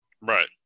Right